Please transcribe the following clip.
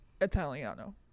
italiano